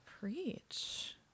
Preach